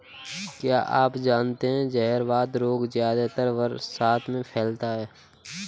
क्या आप जानते है जहरवाद रोग ज्यादातर बरसात में फैलता है?